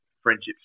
friendships